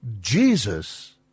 Jesus